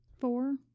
Four